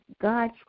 God